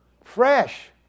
fresh